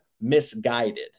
misguided